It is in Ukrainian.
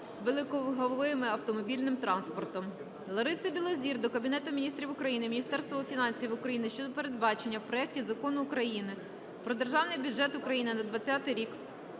великоваговим автомобільним транспортом. Лариси Білозір до Кабінету Міністрів України, Міністерства фінансів України щодо передбачення в проекті Закону України "Про Державний бюджет України на 20-й рік"